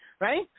right